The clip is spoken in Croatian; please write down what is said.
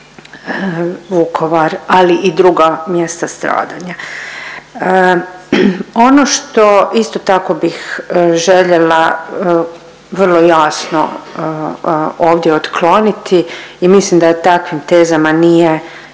Vukovar, ali i druga mjesta stradanja. Ono što isto tako bih željela vrlo jasno ovdje otkloniti i mislim da takvim tezama nije